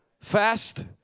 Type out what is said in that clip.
Fast